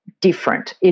different